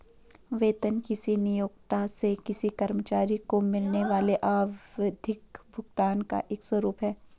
वेतन किसी नियोक्ता से किसी कर्मचारी को मिलने वाले आवधिक भुगतान का एक स्वरूप है